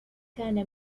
كان